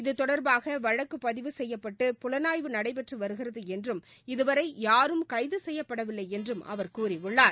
இது தொடர்பாக வழக்கு பதிவு செய்யப்பட்டு புலனாய்வு நடைபெற்று வருகிறது என்றும் இதுவரை யாரும் கைது செய்யப்படவில்லை என்றும் அவர் கூறியுள்ளார்